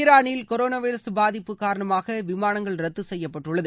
ஈரானில் corona virus பாதிப்பு காரணமாக விமானங்கள் ரத்து செய்யப்பட்டுள்ளது